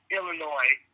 Illinois